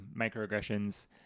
microaggressions